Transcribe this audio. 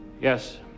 Yes